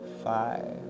Five